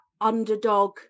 underdog